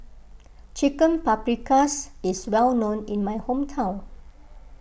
Chicken Paprikas is well known in my hometown